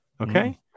Okay